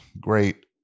Great